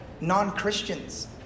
non-Christians